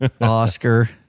Oscar